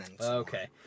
Okay